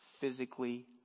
physically